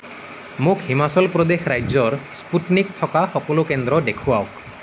মোক হিমাচল প্ৰদেশ ৰাজ্যৰ স্পুটনিক থকা সকলো কেন্দ্ৰ দেখুৱাওক